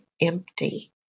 empty